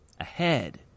ahead